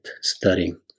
studying